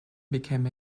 became